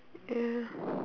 yeah